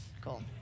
cool